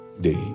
day